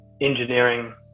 engineering